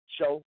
Show